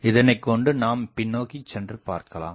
இதனைக் கொண்டு நாம் பின்னோக்கி சென்று பார்க்கலாம்